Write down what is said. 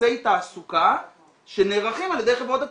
ירידי תעסוקה שנערכים על ידי חברות טבק,